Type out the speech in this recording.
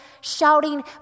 shouting